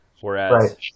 Whereas